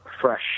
fresh